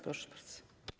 Proszę bardzo.